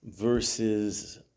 versus